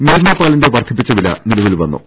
മിൽമ പാലിന്റെ വർധിപ്പിച്ച വില നിലവിൽ വന്നു